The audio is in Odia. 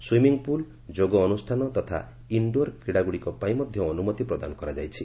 ସୁଇମିଂପୁଲ୍ ଯୋଗ ଅନୁଷାନ ତଥା ଇଣ୍ଡୋର କ୍ରୀଡ଼ାଗୁଡ଼ିକ ପାଇଁ ମଧ୍ୟ ଅନୁମତି ପ୍ରଦାନ କରାଯାଇଛି